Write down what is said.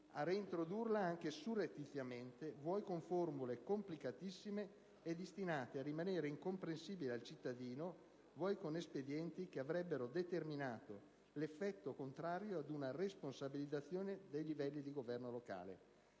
a reintrodurla, anche surrettiziamente, o con formule complicatissime e destinate a rimanere incomprensibili al cittadino, o con espedienti che avrebbero determinato l'effetto contrario ad una responsabilizzazione dei livelli di governo locale.